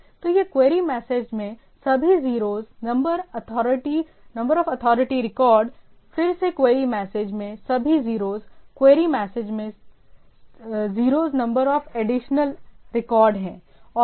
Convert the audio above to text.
तो यह query message में सभी 0s नंबर ऑफअथॉरिटी रिकॉर्ड फिर से क्वेरी मैसेज में सभी 0s क्वेरी मैसेज में सभी 0s number of additional no of additional record है